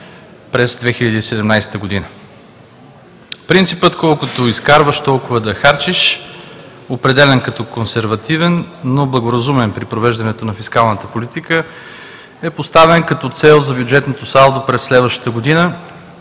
през 2017 г. Принципът колкото изкарваш – толкова да харчиш, определян като консервативен, но благоразумен при провеждането на фискалната политика, е поставен като цел за бюджетното салдо през следващата година